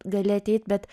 gali ateit bet